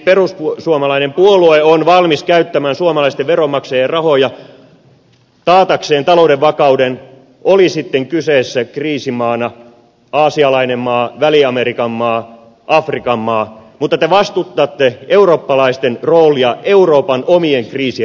siis perussuomalainen puolue on valmis käyttämään suomalaisten veronmaksajien rahoja taatakseen talouden vakauden oli sitten kyseessä kriisimaana aasialainen maa väli amerikan maa afrikan maa mutta te vastustatte eurooppalaisten roolia euroopan omien kriisien ratkaisussa